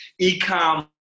ecom